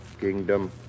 kingdom